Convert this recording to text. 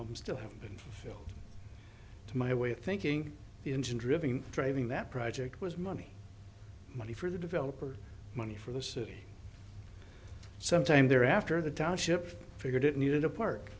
of them still haven't been filled to my way of thinking the engine driven driving that project was money money for the developer money for the city sometime thereafter the township figured it needed a par